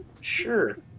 Sure